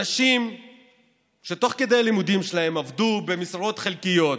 אנשים שתוך כדי הלימודים שלהם עבדו במשרות חלקיות,